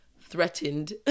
threatened